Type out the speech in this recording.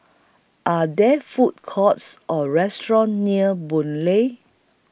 Are There Food Courts Or restaurants near Boon Lay